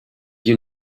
you